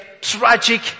tragic